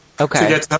Okay